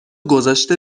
گذاشته